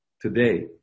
today